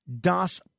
Das